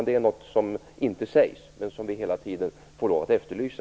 Det är något som inte sägs, och som vi hela tiden får lov att efterlysa.